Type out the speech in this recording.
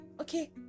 Okay